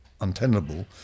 untenable